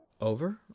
Over